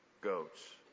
goats